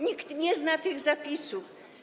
Nikt nie zna tych zapisów.